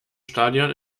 stadion